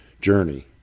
journey